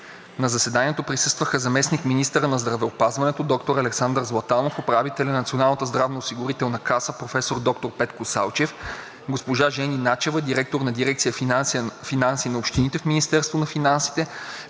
На заседанието присъстваха заместник-министърът на здравеопазването доктор Александър Златанов, управителят на Националната здравноосигурителна каса (НЗОК) професор доктор Петко Салчев, госпожа Жени Начева, директор на дирекция „Финанси на общините“ в Министерството на финансите,